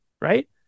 right